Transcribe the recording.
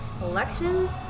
elections